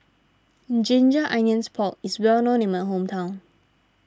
Ginger Onions Pork is well known in my hometown